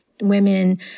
women